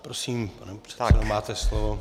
Prosím, máte slovo.